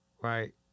right